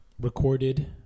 recorded